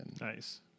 Nice